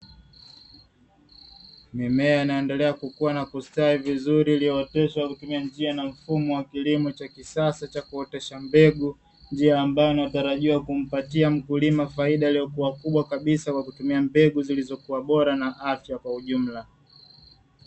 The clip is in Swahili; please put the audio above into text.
Mimea inayoendelea kukua na kustawi vizuri iliyooteshwa kutumia njia na mfumo wa kilimo cha kisasa cha kuotesha mbegu, njia ambayo inatarajiwa kumpatia mkulima faida iliyokuwa kubwa kabisa kwa kutumia mbegu zilizokuwa bora na afya kwa ujumla.